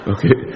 Okay